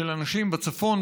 של אנשים בצפון,